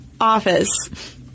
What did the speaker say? office